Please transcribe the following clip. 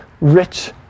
rich